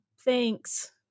Thanks